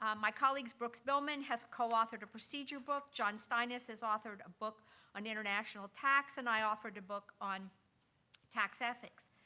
um my colleagues, brookes billman, has coauthored a procedure book, john steines has has authored a book on international tax, and i authored a book on tax ethics.